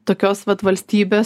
tokios vat valstybės